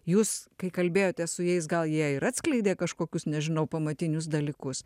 jūs kai kalbėjotės su jais gal jie ir atskleidė kažkokius nežinau pamatinius dalykus